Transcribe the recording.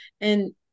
and-